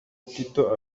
tito